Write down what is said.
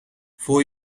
voor